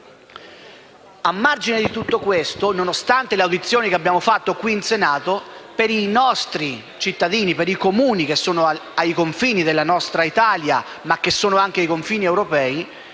A margine di tutto questo, nonostante le audizioni fatte qui in Senato, per i nostri cittadini, per i Comuni che sono ai confini della nostra Italia, ma che sono anche i confini europei,